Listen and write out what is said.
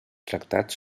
tractats